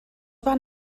van